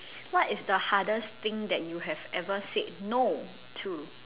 what is the hardest thing that you have ever said no to